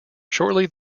shortly